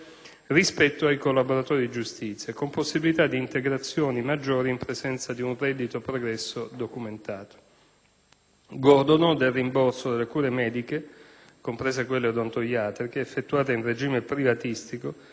rispetto ai collaboratori di giustizia, con possibilità di integrazioni maggiori in presenza di un reddito pregresso documentato. Godono del rimborso delle cure mediche, comprese quelle odontoiatriche, effettuate in regime privatistico,